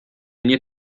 nie